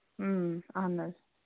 اۭں اَہن حظ